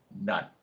None